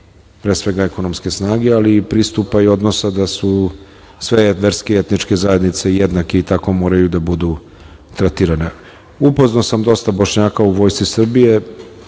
pre svega ekonomske snage, ali i pristupa i odnosa da su sve verske i etničke zajednice jednake i tako moraju da budu tretirane. Upoznao sam dosta Bošnjaka u vojsci Srbije,